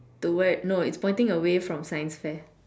toward no it's pointing away from science fair